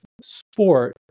sport